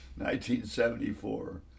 1974